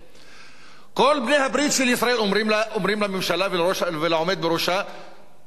כל בעלי הברית של ישראל אומרים לממשלה ולעומד בראשה שאין מקום.